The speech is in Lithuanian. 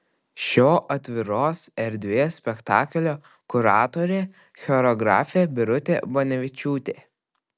šio atviros erdvės spektaklio kuratorė choreografė birutė banevičiūtė